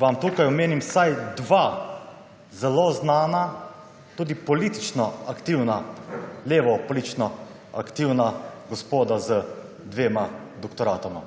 vam tule navedem vsaj dva zelo znana, tudi politično aktivna, levo politično aktivna, gospoda z dvema doktoratoma.